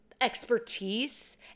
expertise